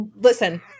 listen